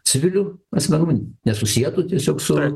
civilių asmenų nesusietų tiesiog su